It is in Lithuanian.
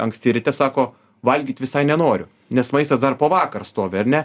anksti ryte sako valgyti visai nenoriu nes maistas dar po vakar stovi ar ne